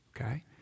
okay